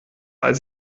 als